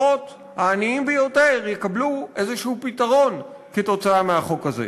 לפחות העניים ביותר יקבלו איזשהו פתרון כתוצאה מהחוק הזה.